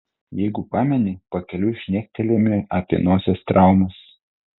jeigu pameni pakeliui šnektelėjome apie nosies traumas